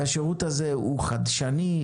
והשירות הזה הוא חדשני,